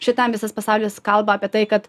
šitam visas pasaulis kalba apie tai kad